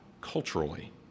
culturally